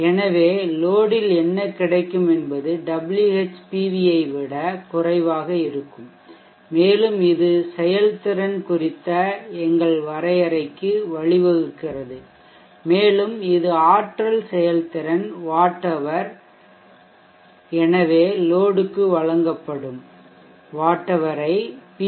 எனவே லோடில் என்ன கிடைக்கும் என்பது WhPV ஐ விட குறைவாக இருக்கும் மேலும் இது செயல்திறன் குறித்த எங்கள் வரையறைக்கு வழிவகுக்கிறது மேலும் இது ஆற்றல் செயல்திறன் வாட் ஹவர் எனவே லோடுக்கு வழங்கப்படும் வாட் ஹவர் ஐ பி